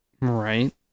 Right